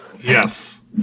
Yes